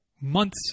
months